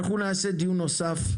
אנחנו נעשה דיון נוסף,